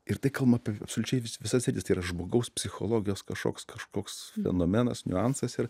ir tai kalm apie absoliučiai visas sritis tai yra žmogaus psichologijos kažoks kažkoks fenomenas niuansas ir